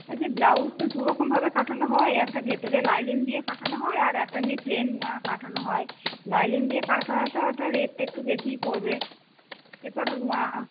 আজ্ঞে ব্লাউজ তো দুরকমভাবে কাটানো হয় একটা যেটাতে লাইনিং দিয়ে কাটানো হয় আর একটা এমনি প্লেন কাটানো হয় লাইনিং দিয়ে কাটানোটা ওটা রেটটা একটু বেশিই পড়বে